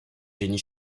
génie